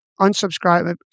Unsubscribe